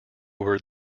were